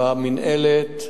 במינהלת,